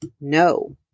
no